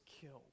killed